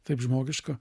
taip žmogiška